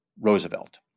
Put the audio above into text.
Roosevelt